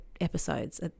episodes